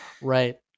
Right